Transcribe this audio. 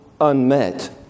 unmet